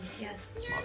yes